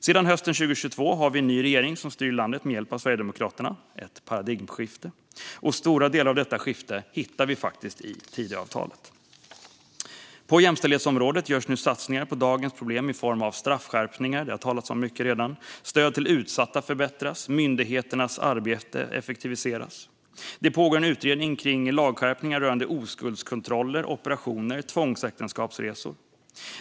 Sedan hösten 2022 har vi en ny regering som styr landet med hjälp av Sverigedemokraterna - ett paradigmskifte. Och stora delar av detta skifte hittar vi faktiskt i Tidöavtalet. På jämställdhetsområdet görs nu satsningar med anledning av dagens problem i form av straffskärpningar - det har det talats mycket om redan - att stöd till utsatta förbättras och att myndigheternas arbete effektiviseras. Det pågår en utredning kring lagskärpningar rörande oskuldskontroller, operationer och tvångsäktenskapsresor.